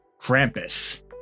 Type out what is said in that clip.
Krampus